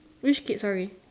which kid sorry